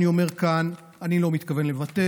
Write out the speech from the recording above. אני אומר כאן: אני לא מתכוון לוותר,